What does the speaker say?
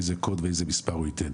באיזה קוד ואיזה מספר הוא ייתן.